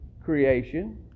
creation